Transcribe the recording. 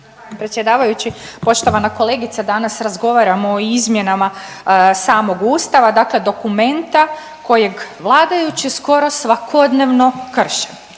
predsjedavajući, poštovana kolegice, danas razgovaramo o izmjenama samog Ustava, dakle dokumenta kojeg vladajući skoro svakodnevno krše.